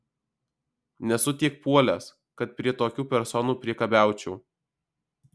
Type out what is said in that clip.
nesu tiek puolęs kad prie tokių personų priekabiaučiau